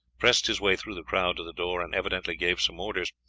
pressed his way through the crowd to the door and evidently gave some orders,